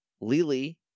Lily